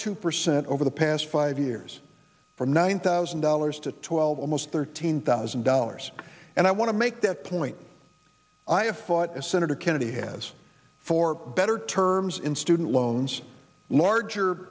two percent over the past five years from one thousand dollars to twelve almost thirteen thousand dollars and i want to make that point i have thought as senator kennedy has for better terms in student loans larger